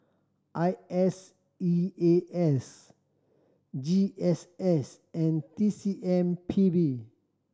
I S E A S G S S and T C M P B